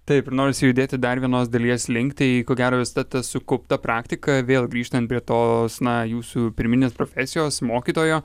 taip norisi judėti dar vienos dalies link tai ko gero visada ta sukaupta praktika vėl grįžtant prie tos na jūsų pirminės profesijos mokytojo